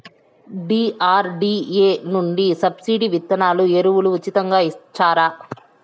DRDA నుండి subsidy విత్తనాలు ఎరువులు ఉచితంగా ఇచ్చారా?